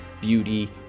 beauty